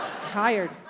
Tired